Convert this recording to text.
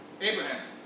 Abraham